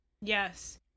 Yes